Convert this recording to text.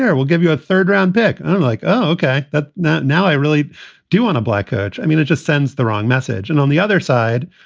yeah we'll give you a third round pick. i'm like, okay, that that. now, i really do want a black coach. i mean, it just sends the wrong message. and on the other side,